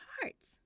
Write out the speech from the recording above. hearts